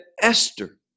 Esther